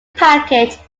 package